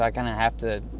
i kinda have to,